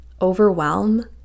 overwhelm